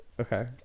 Okay